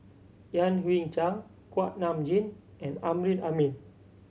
Yan Hui Chang Kuak Nam Jin and Amrin Amin